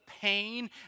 pain